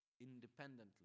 independently